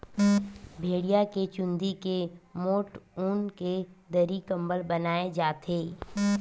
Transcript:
भेड़िया के चूंदी के मोठ ऊन के दरी, कंबल बनाए जाथे